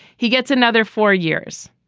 he gets another four years.